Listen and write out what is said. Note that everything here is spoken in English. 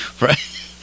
Right